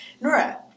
Nora